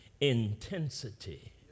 intensity